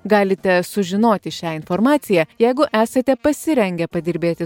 galite sužinoti šią informaciją jeigu esate pasirengę padirbėti su